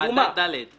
הבחינה לא הייתה קשה,